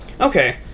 Okay